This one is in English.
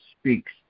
speaks